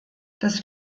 das